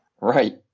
Right